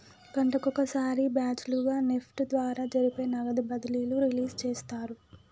గంటకొక సారి బ్యాచ్ లుగా నెఫ్ట్ ద్వారా జరిపే నగదు బదిలీలు రిలీజ్ చేస్తారు